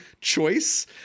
choice